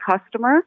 customer